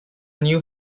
new